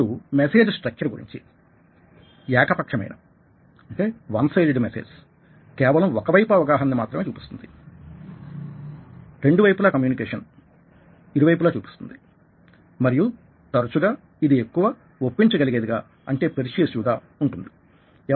ఇప్పుడు message structure గురించి ఏక పక్షమైన మెసేజ్ కేవలం ఒకవైపు అవగాహన మాత్రమే చూపిస్తుంది రెండు వైపుల కమ్యూనికేషన్ ఇరువైపులా చూపిస్తుంది మరియు తరచుగా ఇది ఎక్కువ ఒప్పించగలిగేదిగా అంటే పెర్స్యుయేసివ్గా ఉంటుంది